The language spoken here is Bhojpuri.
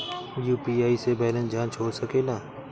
यू.पी.आई से बैलेंस जाँच हो सके ला?